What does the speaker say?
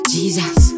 Jesus